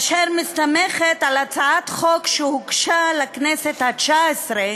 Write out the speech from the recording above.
אשר מסתמכת על הצעת חוק שהוגשה בכנסת התשע-עשרה